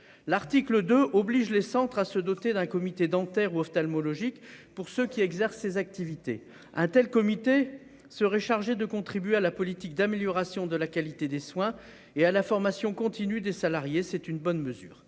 L'article 2 obligent les centres à se doter d'un comité dentaires ou ophtalmologiques pour ceux qui exerce ses activités un tel comité serait chargé de contribuer à la politique d'amélioration de la qualité des soins et à la formation continue des salariés, c'est une bonne mesure